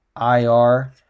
IR